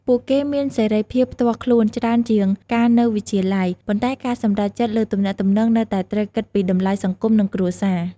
ពួកគេមានសេរីភាពផ្ទាល់ខ្លួនច្រើនជាងកាលនៅវិទ្យាល័យ ប៉ុន្តែការសម្រេចចិត្តលើទំនាក់ទំនងនៅតែត្រូវគិតពីតម្លៃសង្គមនិងគ្រួសារ។